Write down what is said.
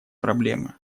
проблемы